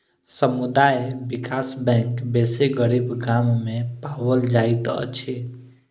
समुदाय विकास बैंक बेसी गरीब गाम में पाओल जाइत अछि